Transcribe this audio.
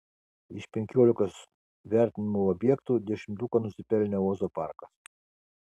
iš penkiolikos vertinamų objektų dešimtuko nusipelnė ozo parkas